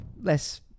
less